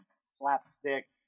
slapstick